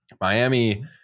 Miami